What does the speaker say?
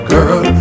Girl